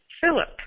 Philip